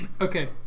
Okay